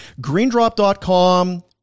GreenDrop.com